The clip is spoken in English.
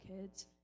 kids